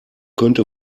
könnte